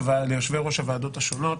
ליושבי-ראש הוועדות השונות,